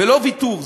ולא ויתור.